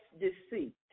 deceit